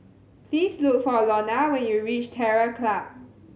please look for Lonna when you reach Terror Club